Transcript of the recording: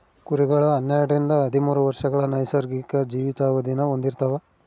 ಕುರಿಗಳು ಹನ್ನೆರಡರಿಂದ ಹದಿಮೂರು ವರ್ಷಗಳ ನೈಸರ್ಗಿಕ ಜೀವಿತಾವಧಿನ ಹೊಂದಿರ್ತವ